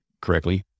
correctly